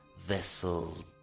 vessel